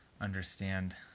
understand